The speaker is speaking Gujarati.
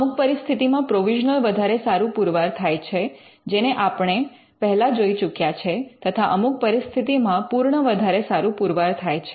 અમુક પરિસ્થિતિમાં પ્રોવિઝનલ વધારે સારું પુરવાર થાય છે જેને આપણે પહેલા જોઈ ચૂક્યા છે તથા અમુક પરિસ્થિતિમાં પૂર્ણ વધારે સારું પુરવાર થાય છે